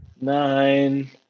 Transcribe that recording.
nine